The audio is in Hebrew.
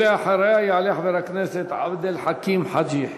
לאחריה יעלה חבר הכנסת עבד אל חכים חאג' יחיא.